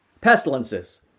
pestilences